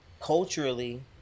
culturally